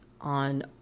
on